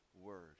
word